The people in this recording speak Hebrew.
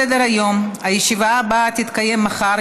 צמצום מספר תאגידי מים וביוב),